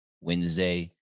Wednesday